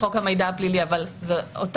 אם יש מידע רלוונטי, אז זה פישינג?